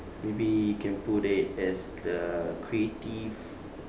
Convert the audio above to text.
maybe can put it as the creative